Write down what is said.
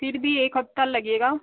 फिर भी एक हफ्ता लगेगा